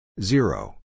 Zero